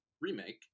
remake